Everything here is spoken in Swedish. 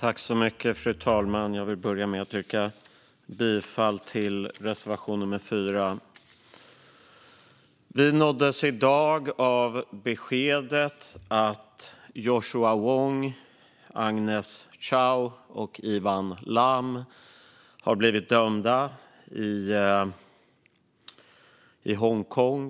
Fru talman! Jag vill börja med att yrka bifall till reservation nummer 4. Vi nåddes i dag av beskedet att Joshua Wong, Agnes Chow och Ivan Lam har blivit dömda till fängelse i Hongkong.